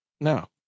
No